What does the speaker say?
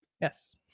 Yes